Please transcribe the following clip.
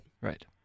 Right